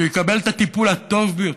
שהוא יקבל את הטיפול הטוב ביותר,